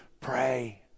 pray